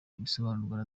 bisobanurwa